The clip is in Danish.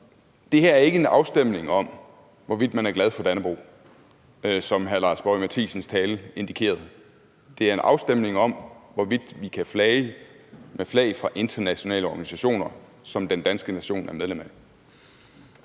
det her er ikke en afstemning om, hvorvidt man er glad for Dannebrog, som hr. Lars Boje Mathiesens tale indikerede. Det er en afstemning om, hvorvidt vi kan flage med flag for internationale organisationer, som den danske nation er medlem af.